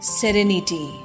serenity